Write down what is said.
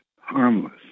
harmless